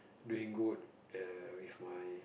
doing good err with my